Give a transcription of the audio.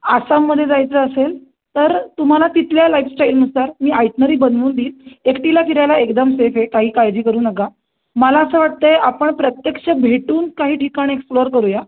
आसाममध्ये जायचं असेल तर तुम्हाला तिथल्या लाईफस्टाईलनुसार मी आयटनरी बनवून देईन एकटीला फिरायला एकदम सेफ आहे काही काळजी करू नका मला असं वाटतं आहे आपण प्रत्यक्ष भेटून काही ठिकाण एक्सप्लोअर करूया